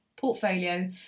portfolio